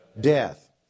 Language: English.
death